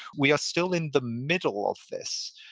we are still in the middle of this.